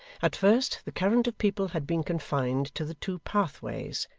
at first, the current of people had been confined to the two pathways,